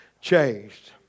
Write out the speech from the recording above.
changed